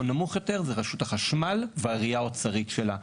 נמוך יותר זאת רשות החשמל והראייה האוצרית שלה.